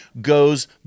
goes